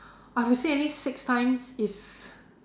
I would say at least six times it's